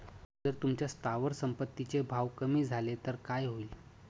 जर तुमच्या स्थावर संपत्ती चे भाव कमी झाले तर काय होईल?